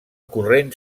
corrent